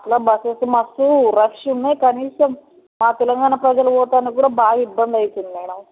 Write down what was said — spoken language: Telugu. అట్లా బస్సెస్ మాకు రష్ ఉన్నాయి కనీసం మా తెలంగాణ ప్రజలు పోవడానికి కూడా బాగా ఇబ్బంది అవుతుంది మేడం